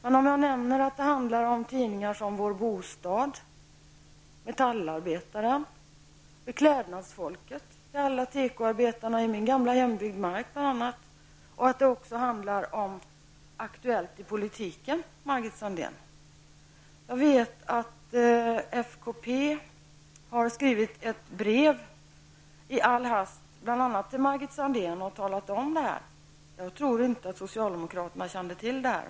Jag kan nämna att det handlar om tidningar såsom Vår Bostad, Metallarbetaren, Beklädnadsfolket -- som bl.a. går ut till alla tekoarbetare i min gamla hembygd Mark -- och att det även handlar om Aktuellt i politiken. Jag vet att FKP har skrivit ett brev i all hast, bl.a. till Margit Sandéhn, och talat om det här. Jag tror inte att socialdemokraterna kände till det här.